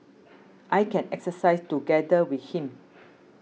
I can exercise together with him